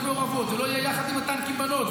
מעורבות ולא יהיו בטנקים יחד עם בנות,